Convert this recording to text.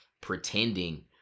pretending